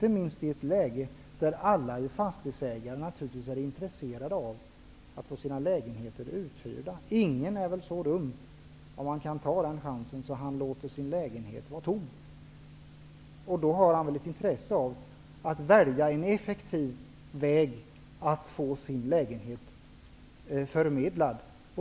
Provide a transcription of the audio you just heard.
Alla fastighetsägare är naturligtvis intresserade av att få sina lägenheter uthyrda. Ingen är väl så dum att han låter sina lägenheter vara tomma, om han kan ta chansen att hyra ut dem. Då har han ett intresse av att välja en effektiv väg att få lägenheter förmedlade.